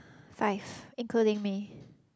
five including me